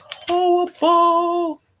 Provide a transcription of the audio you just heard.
horrible